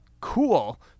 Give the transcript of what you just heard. cool